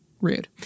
rude